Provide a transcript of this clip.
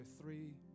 Three